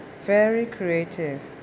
very creative